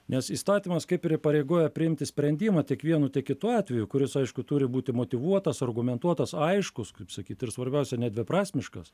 nes įstatymas kaip ir įpareigoja priimti sprendimą tik vienu kitu atveju kuris aišku turi būti motyvuotas argumentuotas aiškus kaip sakyt ir svarbiausia nedviprasmiškas